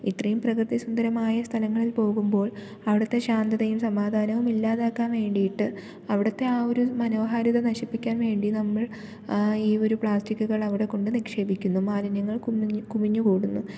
ഇത്രയും പ്രകൃതി സുന്ദരമായ സ്ഥലങ്ങളിൽ പോകുമ്പോൾ അവിടുത്തെ ശാന്തതയും സമാധാനവും ഇല്ലാതാക്കാൻ വേണ്ടിയിട്ട് അവിടുത്തെ ആ ഒരു മനോഹാരിത നശിപ്പിക്കാൻ വേണ്ടി നമ്മൾ ഈ ഒരു പ്ലാസ്റ്റിക്കുകൾ അവിടെ കൊണ്ടേ അവിടെ കൊണ്ടേ നിക്ഷേപിക്കുന്നു മാലിന്യങ്ങൾ കുമിഞ്ഞ് കുമിഞ്ഞ് കൂടുന്നു